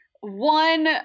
one